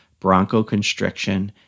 bronchoconstriction